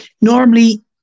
Normally